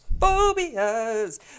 Phobias